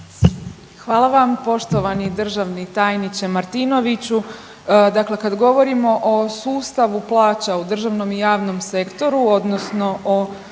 Hvala vam. Poštovani državni tajniče Martinoviću, dakle kad govorimo o sustavu plaća u državnom i javnom sektoru odnosno o